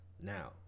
Now